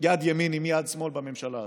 יד ימין עם יד שמאל בממשלה הזאת,